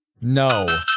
No